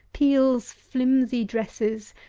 peel's flimsy dresses,